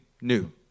new